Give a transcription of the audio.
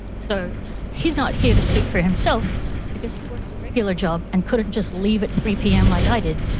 so he's not here to speak for himself because he works a regular job and couldn't just leave at three pm like i did.